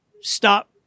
stop